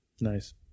Nice